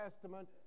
Testament